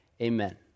Amen